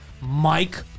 mike